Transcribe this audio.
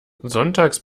sonntags